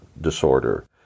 disorder